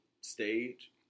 stage